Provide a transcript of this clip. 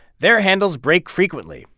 their handles break frequently.